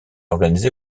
organisé